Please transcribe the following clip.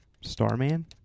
Starman